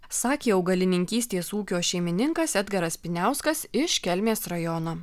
sakė augalininkystės ūkio šeimininkas edgaras piniauskas iš kelmės rajono